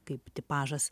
kaip tipažas